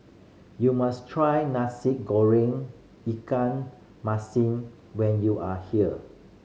you must try Nasi Goreng ikan masin when you are here